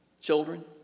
children